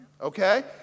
okay